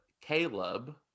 caleb